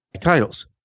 titles